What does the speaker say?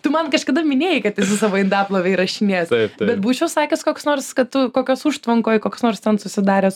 tu man kažkada minėjai kadesi savo indaplovę įrašinėjęs būčiau sakęs koks nors kad kokios užtvankoj koks nors ten susidaręs